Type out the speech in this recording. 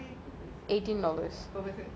eighteen dollars